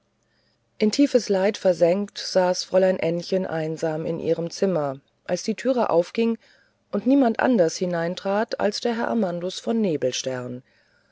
in tiefes leid versenkt saß fräulein ännchen einsam in ihrem zimmer als die türe aufging und niemand anders hineintrat als der herr amandus von